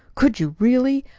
could you, really?